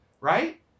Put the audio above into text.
right